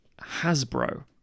Hasbro